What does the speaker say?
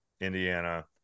Indiana